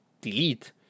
delete